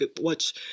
watch